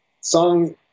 song